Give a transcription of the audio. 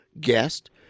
guest